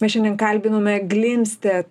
mes šiandien kalbinome glimstet